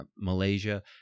malaysia